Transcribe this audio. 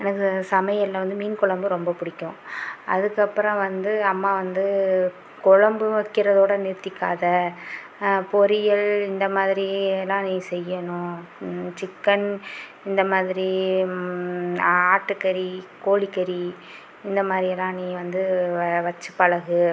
எனக்கு சமையலில் வந்து மீன் கொழம்பு ரொம்ப பிடிக்கும் அதுக்கு அப்புறம் வந்து அம்மா வந்து கொழம்பு வைக்கிறதோட நிறுத்திக்காதே பொரியல் இந்த மாதிரிலாம் நீ செய்யணும் சிக்கன் இந்த மாதிரி ஆட்டுக்கறி கோழிக்கறி இந்த மாதிரிலாம் நீ வந்து வ வச்சு பழகு